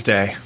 Day